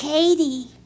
Katie